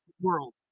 world